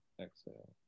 exhale